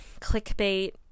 clickbait